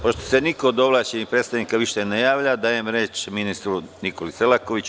Pošto se niko od ovlašćenih predstavnika više ne javlja, dajem reč ministru Nikoli Selakoviću.